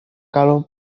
kalau